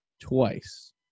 twice